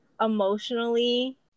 emotionally